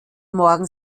morgen